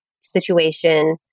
situation